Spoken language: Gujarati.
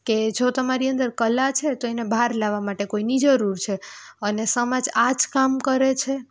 કે જો તમારી અંદર કલા છે તો એને બહાર લાવવા માટે કોઈની જરૂર છે અને સમાજ આ જ કામ કરે છે